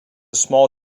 small